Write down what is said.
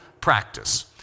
practice